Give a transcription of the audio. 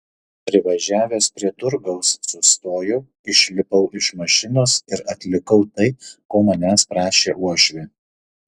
privažiavęs prie turgaus sustojau išlipau iš mašinos ir atlikau tai ko manęs prašė uošvė